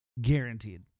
Guaranteed